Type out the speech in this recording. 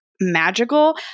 magical